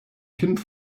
kind